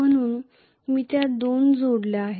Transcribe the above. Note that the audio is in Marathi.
म्हणून मी त्या दोन जोडल्या आहेत